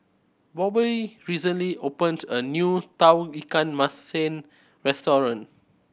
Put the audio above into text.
Bobbye recently opened a new Tauge Ikan Masin restaurant